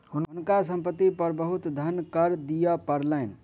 हुनका संपत्ति पर बहुत धन कर दिअ पड़लैन